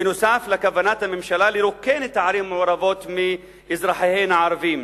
נוסף על כוונת הממשלה לרוקן את הערים המעורבות מאזרחיהן הערבים,